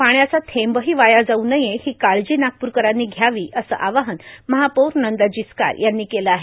पाण्याचा थेंबही वाया जाऊ नये ही काळजी नागप्रकरांनी घ्यावी असं कळकळीचे आवाहन महापौर नंदा जिचकार यांनी केलं आहे